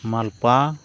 ᱢᱟᱞᱯᱳᱣᱟ